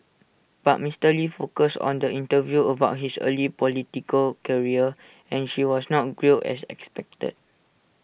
but Mister lee focused on the interview about his early political career and she was not grilled as expected